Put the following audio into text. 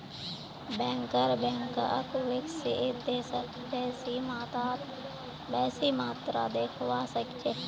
banker बैंकक विकसित देशत बेसी मात्रात देखवा सके छै